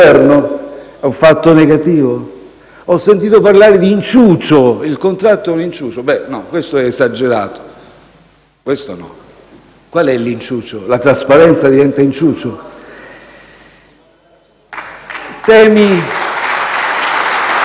È un fatto negativo? Ho sentito parlare di inciucio: il contratto è un inciucio? No, questo è esagerato; questo no. Qual è l'inciucio? La trasparenza diventa inciucio?